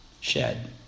shed